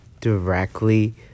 directly